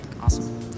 Awesome